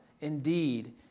indeed